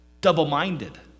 double-minded